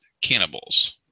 cannibals